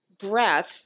breath